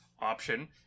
option